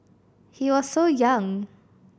he was so young